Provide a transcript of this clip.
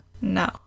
No